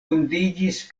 vundiĝis